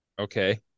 Okay